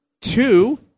Two